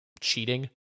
cheating